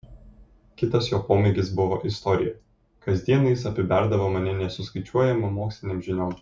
kitas jo pomėgis buvo istorija kasdieną jis apiberdavo mane nesuskaičiuojamom mokslinėm žiniom